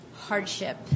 hardship